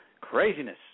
Craziness